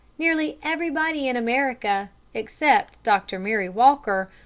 nearly everybody in america, except dr. mary walker,